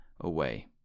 away